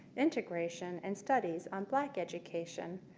integration and studies on black education.